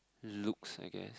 looks I guess